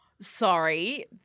Sorry